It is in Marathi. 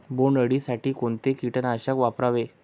बोंडअळी साठी कोणते किटकनाशक वापरावे?